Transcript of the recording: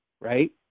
right